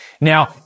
Now